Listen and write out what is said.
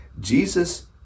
Jesus